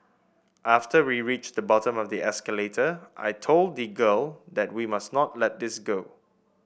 after we reached the bottom of the escalator I told the girl that we must not let this go